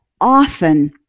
often